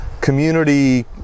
community